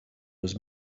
was